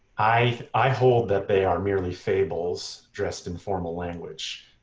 i i hold that they are merely fables dressed in formal language.